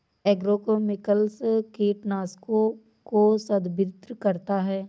agrochemicals कीटनाशकों को संदर्भित करता है